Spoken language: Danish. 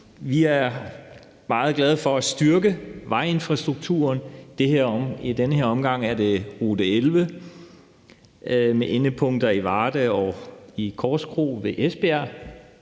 Vi er meget glade for at styrke vejinfrastrukturen. I den her omgang er det rute 11 med endepunkter i Varde og i Korskro ved Esbjerg.